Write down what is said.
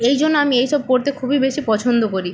এই জন্য আমি এই সব পড়তে খুবই বেশি পছন্দ করি